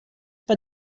per